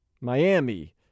Miami